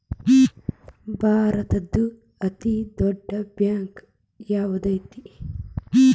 ಭಾರತದ್ದು ಅತೇ ದೊಡ್ಡ್ ಬ್ಯಾಂಕ್ ಯಾವ್ದದೈತಿ?